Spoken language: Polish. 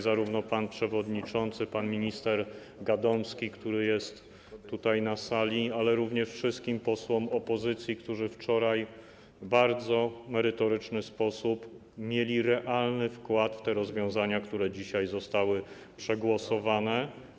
Zarówno panu przewodniczącemu, panu ministrowi Gadomskiemu, który jest tutaj, na sali, jak i wszystkim posłom opozycji, którzy wczoraj w bardzo merytoryczny sposób mieli realny wkład w te rozwiązania, które dzisiaj zostały przegłosowane.